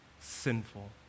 sinful